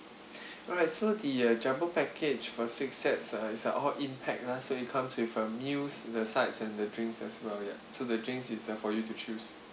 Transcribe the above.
alright so the uh jumbo package for six sets uh it's a all in pack lah so it comes with uh meals the sides and the drinks as well ya so the drinks is for you to choose